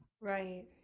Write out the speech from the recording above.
Right